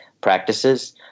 practices